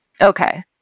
okay